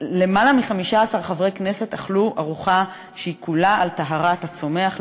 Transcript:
למעלה מ-15 חברי כנסת אכלו ארוחה שהיא כולה על טהרת הצומח.